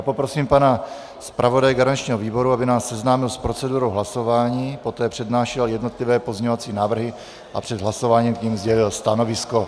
Poprosím pana zpravodaje garančního výboru, aby nás seznámil s procedurou hlasování, poté přednášel jednotlivé pozměňovací návrhy a před hlasováním k nim sdělil stanovisko.